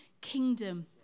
kingdom